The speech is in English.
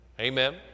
Amen